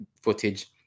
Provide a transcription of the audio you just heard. footage